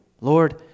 Lord